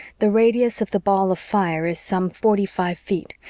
the radius of the ball of fire is some forty five feet,